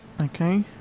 Okay